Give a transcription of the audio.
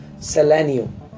selenium